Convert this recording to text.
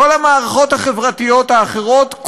כל המערכות החברתיות האחרות,